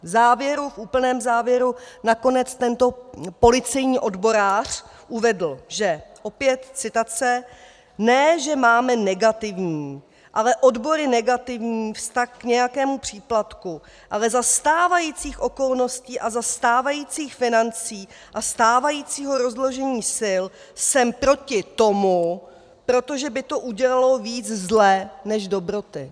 V úplném závěru nakonec tento policejní odborář uvedl, že opět citace: Ne že máme negativní, ale odbory negativní vztah k nějakému příplatku, ale za stávajících okolností a za stávajících financí a stávajícího rozložení sil jsem proti tomu, protože by to udělalo víc zle než dobroty.